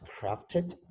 crafted